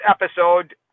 episode